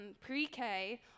pre-k